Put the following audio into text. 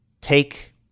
take